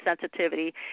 sensitivity